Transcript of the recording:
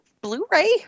Blu-ray